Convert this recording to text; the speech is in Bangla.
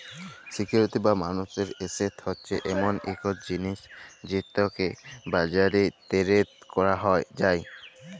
সিকিউরিটি বা মালুসের এসেট হছে এমল ইকট জিলিস যেটকে বাজারে টেরেড ক্যরা যায়